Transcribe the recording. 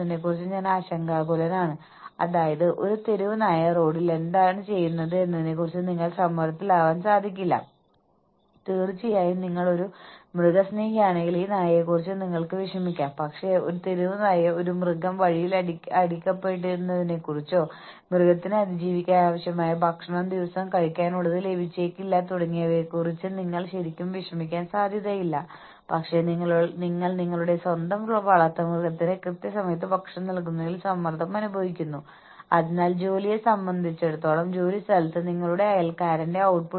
എന്നാൽ ഞങ്ങൾ ടീം ഇൻസെന്റീവുകൾ സംഘടിപ്പിക്കുമ്പോൾ എല്ലാ സ്റ്റാഫുകളേയും ഞങ്ങൾ പറയുന്നു കാരണം ഈ ഓഫീസ് വളരെ മനോഹരമായി പ്രവർത്തിക്കുന്നതിനാൽ ഈ ഓഫീസിലെ സപ്പോർട്ട് സ്റ്റാഫിന് മൊത്തത്തിൽ ഒരു സമ്മാനം നൽകും അതുവഴി അവർക്ക് അവർ ചെയ്യുന്ന പ്രയത്നത്തിന് പ്രതിഫലം ലഭിക്കും പക്ഷേ വ്യക്തമായി അളക്കാൻ കഴിയാത്തതോ ദൃശ്യമോ അല്ലാത്തതോ ആയ പ്രയത്നങ്ങൾ കാര്യമായി കാണുന്നില്ല ടീം ഇൻസെന്റീവുകളുടെ പോരായ്മകൾ ഇവയാണ് ഒന്നാം നമ്പർ ജീവനക്കാർ വളരെയധികം ഉൽപ്പാദിപ്പിച്ചാൽ മാനേജ്മെന്റ് ജീവനക്കാർക്കുള്ള നിരക്ക് കുറയ്ക്കുമെന്ന ഭയം